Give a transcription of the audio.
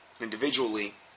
individually